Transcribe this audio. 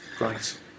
Right